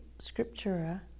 scriptura